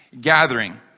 gathering